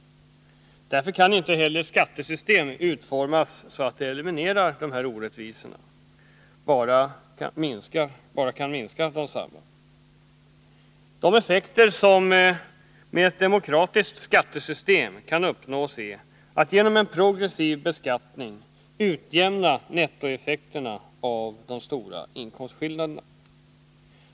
Därför kan inte heller ett skattesystem utformas, så att det eliminerar orättvisorna. Det kan bara minska dessa. De effekter som med ett demokratiskt skattesystem kan uppnås är att genom en progressiv beskattning utjämna nettoeffekterna av de stora inkomstskillnaderna.